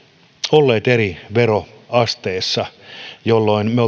olleet eri veroasteessa jolloin me